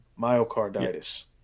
myocarditis